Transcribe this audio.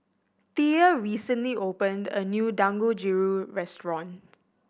Thea recently opened a new Dangojiru restaurant